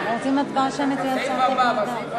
אנחנו רוצים הצבעה שמית "כהצעת הוועדה".